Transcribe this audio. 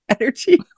energy